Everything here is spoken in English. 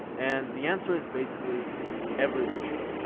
and the answer is basically everyone should.